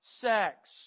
sex